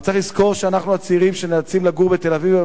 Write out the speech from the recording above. אבל צריך לזכור שאנחנו הצעירים שנאלצים לגור בתל-אביב,